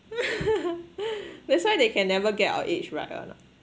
that's why they can never get our age right [one] lah